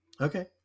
okay